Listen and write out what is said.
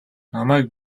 намайг